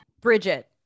Bridget